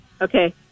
Okay